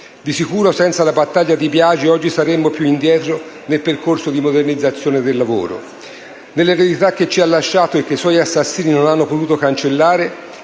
Di sicuro, senza la battaglia di Biagi oggi saremmo più indietro nel percorso di modernizzazione del lavoro. Nell'eredità che ci ha lasciato e che i suoi assassini non hanno potuto cancellare,